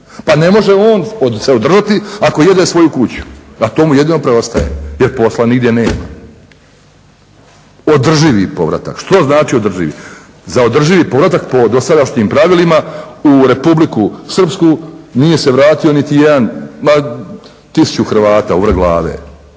Pa ne može on se održati ako jede svoju kuću, a to mu jedino preostaje jer posla nigdje nema. Održivi povratak. Što znači održivi? Za održivi povratak po dosadašnjim pravilima u Republiku Srpsku nije se vratio niti jedan, ma 1000 Hrvata uvrh glave,